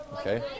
Okay